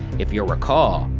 if you'll recall,